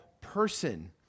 person